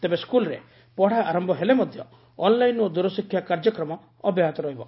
ତେବେ ସ୍କୁଲରେ ପଢ଼ା ଆର ଅନ୍ଲାଇନ୍ ଓ ଦୂରଶିକ୍ଷା କାର୍ଯ୍ୟକ୍ରମ ଅବ୍ୟାହତ ରହିବ